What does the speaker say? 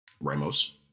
Ramos